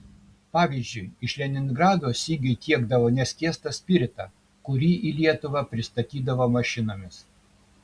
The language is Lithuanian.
pavyzdžiui iš leningrado sigiui tiekdavo neskiestą spiritą kurį į lietuvą pristatydavo mašinomis